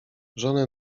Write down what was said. żonę